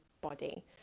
body